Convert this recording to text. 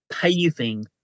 paving